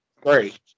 great